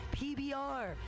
pbr